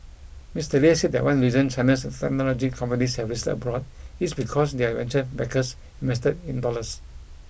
Mister Lei said that one reason China's technology companies have listed abroad is because their venture backers invested in dollars